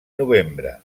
novembre